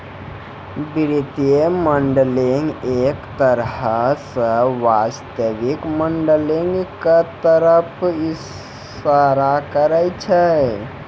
वित्तीय मॉडलिंग एक तरह स वास्तविक मॉडलिंग क तरफ इशारा करै छै